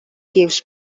gives